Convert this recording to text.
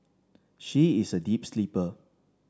she is a deep sleeper